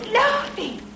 laughing